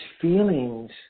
feelings